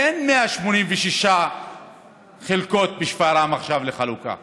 אין 186 חלקות בשפרעם לחלוקה עכשיו.